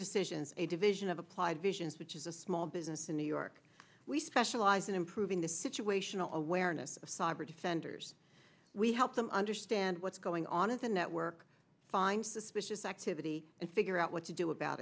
decisions a division of applied visions which is a small business in new york we specialize in improving the situational awareness of cyber defenders we help them understand what's going on as a network find suspicious activity and figure out what to do about